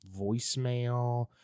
voicemail